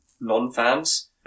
non-fans